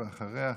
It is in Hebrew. ואחריה,